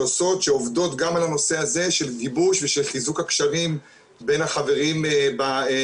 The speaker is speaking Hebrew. שעובדות גם על הנושא הזה של גיבוש ושל חיזוק הקשרים בין החברים בסיירת.